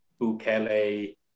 Bukele